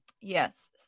Yes